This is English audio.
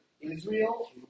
Israel